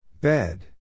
Bed